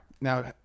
Now